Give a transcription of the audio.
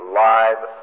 live